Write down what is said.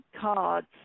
cards